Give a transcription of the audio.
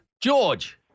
George